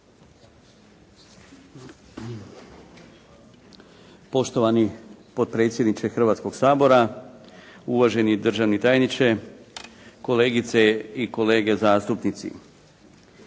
Poštovani potpredsjedniče Hrvatskoga sabora, uvaženi državni tajniče, kolegice i kolege zastupnici.